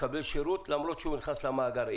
לקבל שירות, למרות שהוא נכנס למאגר.